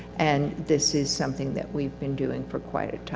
and this is something that we've been doing for quite a time,